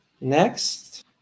Next